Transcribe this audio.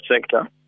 sector